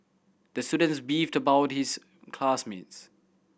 the students beefed about his class mates